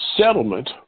settlement